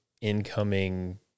incoming